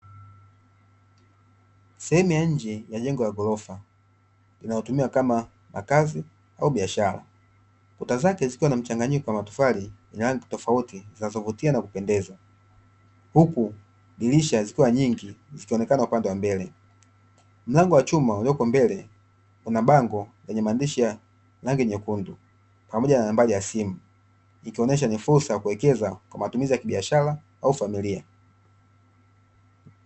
Sehemu ya nje ya jengo la gorofa linalotumika kama makazi au biashara, kuta zake zikiwa na mchanganyiko wa matofali yenye rangi tofauti zinazo vutia na kupendeza. huku dirisha zikiwa nyingi zikionekana upande wa mbele, mlango wa chuma ulioko mbele una bango lenye maandishi ya rangi nyekundu pamoja na nambari ya simu. Ikionyesha ni fursa kuwekeza kwa matumizi ya kibiashara au familia.